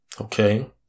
Okay